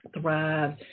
thrive